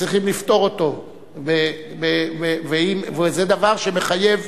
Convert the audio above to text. צריכים לפתור אותו, וזה דבר שמחייב,